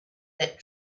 that